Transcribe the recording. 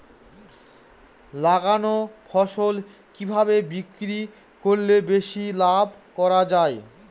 লাগানো ফসল কিভাবে বিক্রি করলে বেশি লাভ করা যায়?